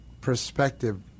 perspective